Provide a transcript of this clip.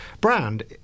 Brand